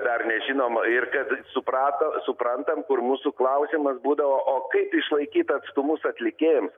dar nežinom ir kad suprato suprantam kur mūsų klausimas būdavo o kaip išlaikyt atstumus atlikėjams